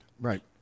Right